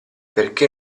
perché